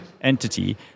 entity